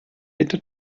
bitte